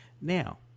Now